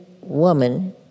woman